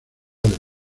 del